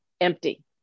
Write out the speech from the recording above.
empty